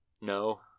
No